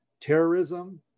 terrorism